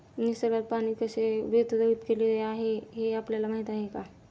निसर्गात पाणी कसे वितरीत केलेले आहे हे आपल्याला माहिती आहे का?